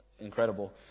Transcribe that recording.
incredible